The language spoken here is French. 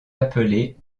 appelée